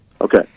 Okay